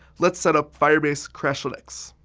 let's set up firebase crashlytics.